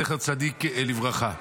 זכר צדיק לברכה.